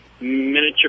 miniature